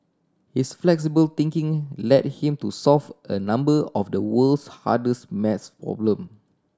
his flexible thinking led him to solve a number of the world's hardest maths problem